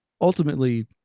ultimately